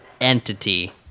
entity